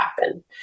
happen